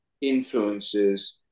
influences